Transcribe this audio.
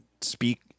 speak